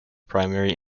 primary